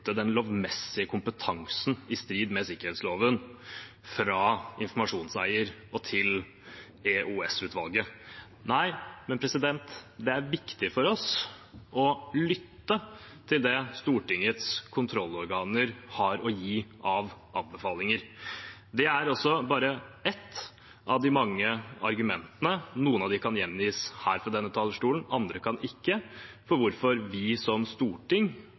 den lovmessige kompetansen i strid med sikkerhetsloven fra informasjonseier og til EOS-utvalget. Nei, men det er viktig for oss å lytte til de anbefalingene Stortingets kontrollorganer gir. Det er bare ett av de mange argumentene – noen av dem kan gjengis her fra talerstolen, andre kan ikke – for hvorfor partiene på Stortinget vurderer det sånn at vi